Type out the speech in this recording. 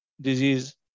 disease